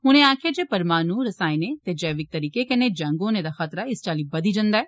उनें आक्खेआ जे परमाणु रसाईनें ते जैविक तरीके कन्नै जंग होने दा खतरा इस चाल्ली बघी जंदा ऐ